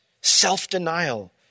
self-denial